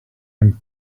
him